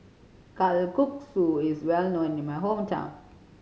kalguksu is well known in my hometown